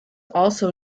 also